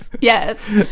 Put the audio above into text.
yes